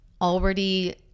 already